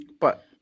But-